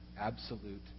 absolute